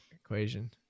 equation